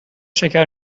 شکر